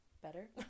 better